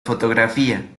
fotografía